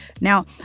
Now